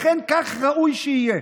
לכן, כך ראוי שיהיה.